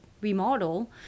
remodel